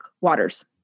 waters